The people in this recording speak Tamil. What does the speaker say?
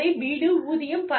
வீடு ஊதியம் பணம்